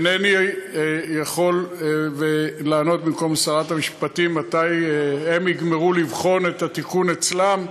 אינני יכול לענות במקום שרת המשפטים מתי הם יגמרו לבחון את התיקון אצלם.